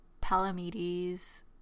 Palamedes